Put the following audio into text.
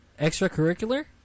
Extracurricular